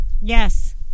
Yes